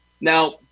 Now